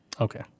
Okay